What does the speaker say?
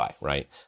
right